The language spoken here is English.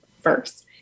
first